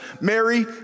Mary